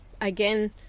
again